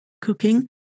cooking